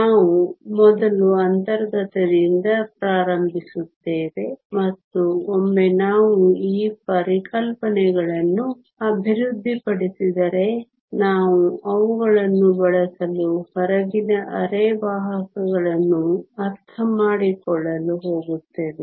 ನಾವು ಮೊದಲು ಅಂತರ್ಗತದಿಂದ ಪ್ರಾರಂಭಿಸುತ್ತೇವೆ ಮತ್ತು ಒಮ್ಮೆ ನಾವು ಈ ಪರಿಕಲ್ಪನೆಗಳನ್ನು ಅಭಿವೃದ್ಧಿಪಡಿಸಿದರೆ ನಾವು ಅವುಗಳನ್ನು ಬಳಸಲು ಹೊರಗಿನ ಅರೆವಾಹಕಗಳನ್ನು ಅರ್ಥಮಾಡಿಕೊಳ್ಳಲು ಹೋಗುತ್ತೇವೆ